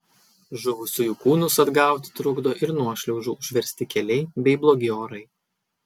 žuvusiųjų kūnus atgauti trukdo ir nuošliaužų užversti keliai bei blogi orai